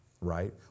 right